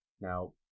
Now